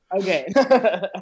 okay